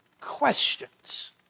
questions